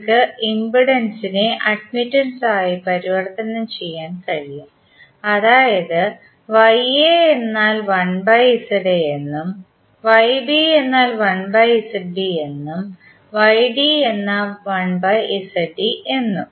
നിങ്ങൾക്ക് ഇംപെഡൻസിനെ അഡ്മിറ്റൻസായി പരിവർത്തനം ചെയ്യാൻ കഴിയും അതായത് എന്നാൽ 1എന്നും എന്നാൽ 1എന്നുംഎന്നാൽ 1എന്നും